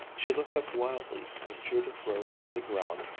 she looked up wildly as judith rose from the ground,